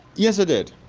yes i did